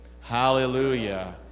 hallelujah